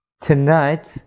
Tonight